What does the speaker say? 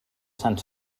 sant